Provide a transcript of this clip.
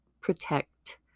protect